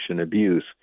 abuse